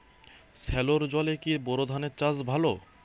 সেলোর জলে কি বোর ধানের চাষ ভালো?